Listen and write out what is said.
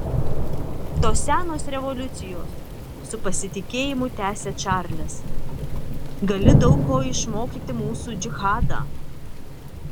tos senos revoliucijos su pasitikėjimu tęsia čarlis gali daug ko išmokyti mūsų džihadą